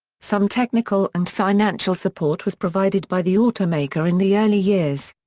some technical and financial support was provided by the automaker in the early years.